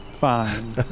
Fine